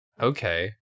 Okay